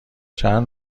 چند